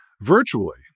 virtually